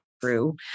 true